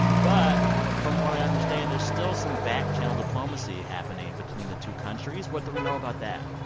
but from what i understand, there's still some back-channel diplomacy happening between the two countries. what do we know about that?